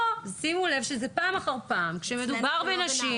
פה שימו לב פעם אחר פעם, כשמדובר בנשים